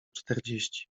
czterdzieści